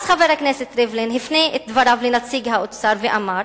אז חבר הכנסת ריבלין הפנה את דבריו לנציג האוצר ואמר: